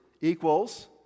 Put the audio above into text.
equals